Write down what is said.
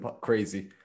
crazy